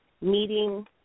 meeting